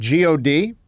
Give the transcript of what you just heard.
god